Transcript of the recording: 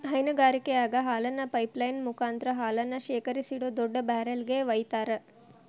ಹೈನಗಾರಿಕೆಯಾಗ ಹಾಲನ್ನ pipeline ಮುಕಾಂತ್ರ ಹಾಲನ್ನ ಶೇಖರಿಸಿಡೋ ದೊಡ್ಡ ಬ್ಯಾರೆಲ್ ಗೆ ವೈತಾರ